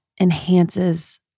enhances